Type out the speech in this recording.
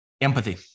Empathy